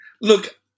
look